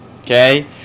Okay